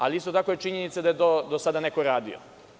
Ali, isto tako je činjenica da je to do sada neko radio.